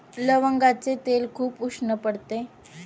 लवंगाचे तेल खूप उष्ण पडते